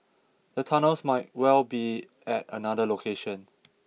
the tunnels might well be at another location